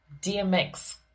DMX